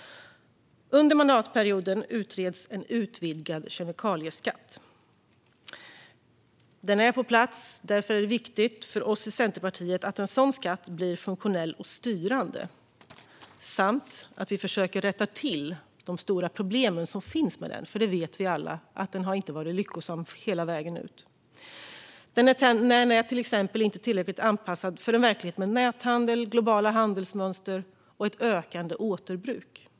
Under mandatperioden utreds en utvidgad kemikalieskatt. Den är på plats, och därför är det viktigt för oss i Centerpartiet att en sådan skatt blir funktionell och styrande samt att vi försöker rätta till de stora problem som finns med den. Vi vet nämligen alla att den inte har varit lyckosam hela vägen. Den är till exempel inte tillräckligt anpassad för en verklighet med näthandel, globala handelsmönster och ett ökande återbruk.